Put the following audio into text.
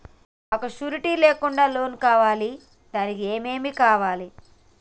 మాకు షూరిటీ లేకుండా లోన్ కావాలి దానికి ఏమేమి కావాలి?